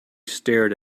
stared